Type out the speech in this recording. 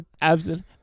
Absent